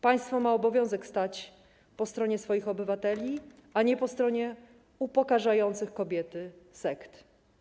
Państwo ma obowiązek stać po stronie swoich obywateli, a nie po stronie upokarzających kobiety sekt.